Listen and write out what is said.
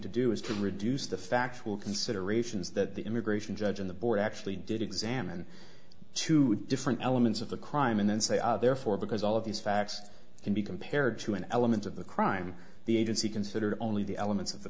to do is to reduce the factual considerations that the immigration judge in the board actually did examine two different elements of the crime and then say therefore because all of these facts can be compared to an element of the crime the agency considered only the elements of the